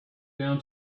down